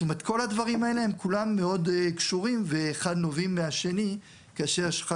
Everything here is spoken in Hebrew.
כל הדברים האלה הם כולם מאוד קשורים ואחד נובעים מהשני כאשר יש לך